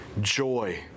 joy